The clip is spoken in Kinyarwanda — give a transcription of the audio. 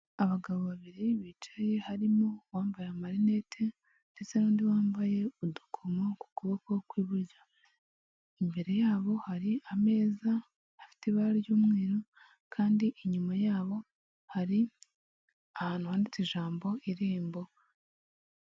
Abagabo babiri bicaye harimo uwambaye amarinette ndetse n'undi wambaye udukomo ku kuboko kw'iburyo, imbere yabo hari ameza afite ibara ry'umweru kandi inyuma yabo hari ahantu handitse ijambo irembo.